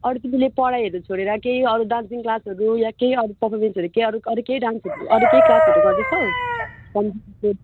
अरू कि त ले पढाइहरू छोडेर केही अरू डान्सिङ क्लासहरू या केही अरू पर्फमेन्सहरू केही अरू अरू केही डान्सहरू अरू केही क्लासहरू गर्दैछौ कम्पिटिसन